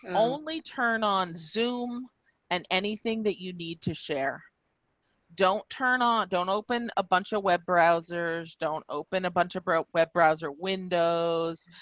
only turn on zoom and anything that you need to share don't turn on. don't open a bunch of web browsers don't open a bunch of broke web browser windows.